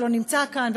שלא נמצא כאן,